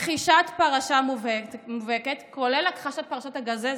מכחישת פרשה מובהקת, כולל הכחשת פרשת הגזזת,